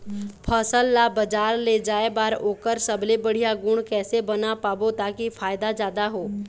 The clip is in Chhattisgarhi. फसल ला बजार ले जाए बार ओकर सबले बढ़िया गुण कैसे बना पाबो ताकि फायदा जादा हो?